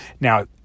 Now